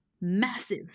massive